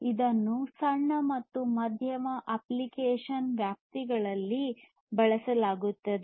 ಇದನ್ನು ಸಣ್ಣ ಮತ್ತು ಮಧ್ಯಮ ಅಪ್ಲಿಕೇಶನ್ ವ್ಯಾಪ್ತಿಗಳಲ್ಲಿ ಬಳಸಲಾಗುತ್ತದೆ